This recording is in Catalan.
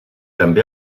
també